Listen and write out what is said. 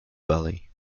valley